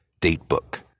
date-book